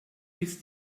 ist